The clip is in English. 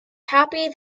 happy